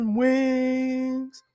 wings